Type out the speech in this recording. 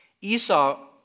Esau